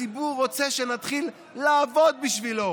הציבור רוצה שנתחיל לעבוד בשבילו.